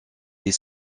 des